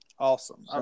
Awesome